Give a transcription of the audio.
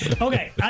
okay